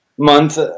month